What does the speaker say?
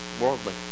worldly